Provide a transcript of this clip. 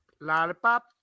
Lollipop